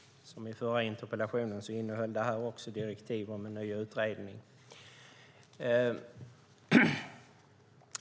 Fru talman! Jag tackar för svaret. Liksom det förra interpellationssvaret innehöll detta direktiv om en ny utredning.